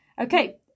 Okay